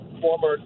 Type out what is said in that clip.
former